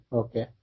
okay